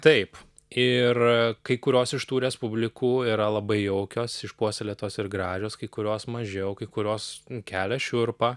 taip ir kai kurios iš tų respublikų yra labai jaukios išpuoselėtos ir gražios kai kurios mažiau kai kurios kelia šiurpą